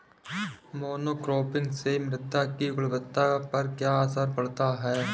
Monocropping से मृदा की गुणवत्ता पर क्या असर पड़ता है?